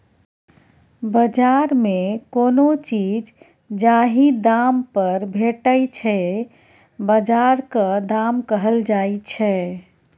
बजार मे कोनो चीज जाहि दाम पर भेटै छै बजारक दाम कहल जाइ छै